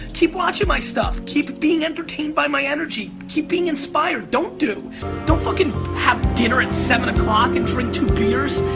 keep watching my stuff. keep being entertained by my energy. keep being inspired, don't do don't fuckin' have dinner at seven zero like and drink two beers.